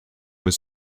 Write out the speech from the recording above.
was